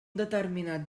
determinat